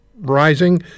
rising